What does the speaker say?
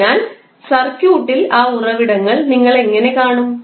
അതിനാൽ സർക്യൂട്ടിൽ ആ ഉറവിടങ്ങൾ നിങ്ങൾ എങ്ങനെ കാണും